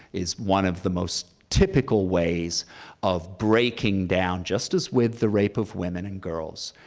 is one of the most typical ways of breaking down, just as with the rape of women and girls,